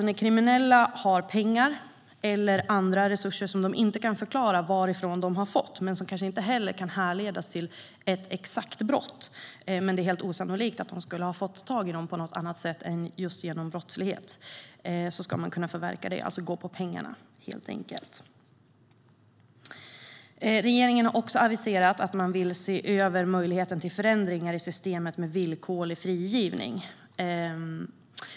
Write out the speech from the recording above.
När kriminella har pengar eller andra resurser som de inte kan förklara var de kommer ifrån och som inte heller kan härledas till ett exakt brott men som det är helt osannolikt att de skulle ha fått tag i på något annat sätt än genom brottslighet ska man kunna förverka dem, alltså helt enkelt gå på pengarna. Regeringen har också aviserat att man vill se över möjligheten till förändringar i systemet med villkorlig frigivning.